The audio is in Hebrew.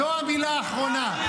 זאת המילה האחרונה.